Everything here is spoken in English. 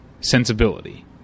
sensibility